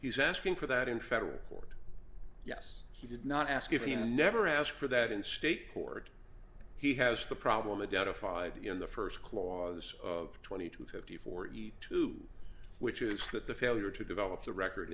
he's asking for that in federal court yes he did not ask if he never asked for that in state court he has the problem the data five in the first clause of twenty to fifty forty two which is that the failure to develop the record